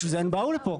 בשביל זה הן באו לפה.